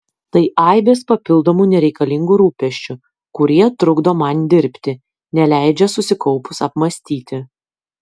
tai aibės papildomų nereikalingų rūpesčių kurie trukdo man dirbti neleidžia susikaupus apmąstyti